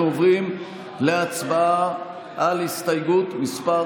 אנחנו עוברים להצבעה על הסתייגות מס'